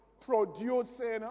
producing